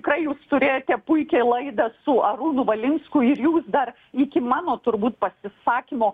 kai jūs turėjote puikią laidą su arūnu valinsku ir jų dar iki mano turbūt pasisakymo